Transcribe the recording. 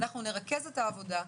אנחנו נרכז את העבודה,